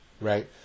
right